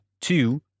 Two